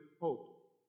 hope